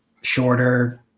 shorter